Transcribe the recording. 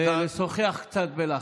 ולשוחח קצת בלחש.